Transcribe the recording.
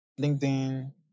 LinkedIn